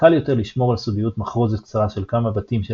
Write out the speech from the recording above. קל יותר לשמור על סודיות מחרוזת קצרה של כמה בתים של